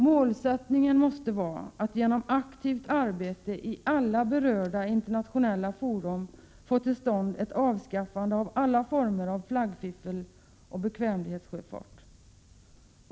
Målsättningen måste vara att genom aktivt arbete i alla berörda internationella fora få till stånd ett avskaffande av alla former av flaggfiffel och bekvämlighetssjöfart.